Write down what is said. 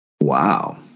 wow